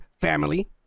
family